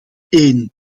één